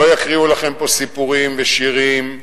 לא יקריאו לכם פה סיפורים ושירים,